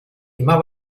immer